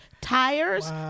tires